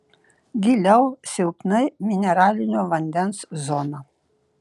giliau silpnai mineralinio vandens zona